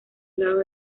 lados